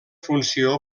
funció